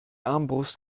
armbrust